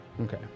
Okay